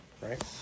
right